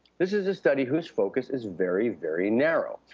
this is a study whose focus is very, very narrow.